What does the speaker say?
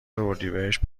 اردیبهشت